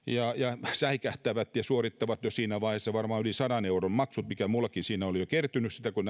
he säikähtävät ja suorittavat jo siinä vaiheessa varmaan yli sadan euron maksut mikä minullakin siinä oli jo kertynyt sitä kun